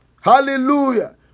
Hallelujah